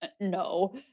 no